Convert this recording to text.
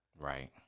Right